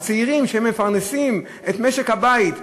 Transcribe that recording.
את משק-הבית,